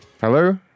Hello